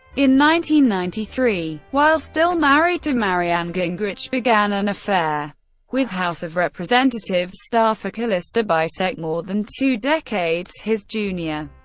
ninety ninety three, while still married to marianne, gingrich began an affair with house of representatives staffer callista bisek, more than two decades his junior.